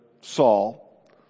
Saul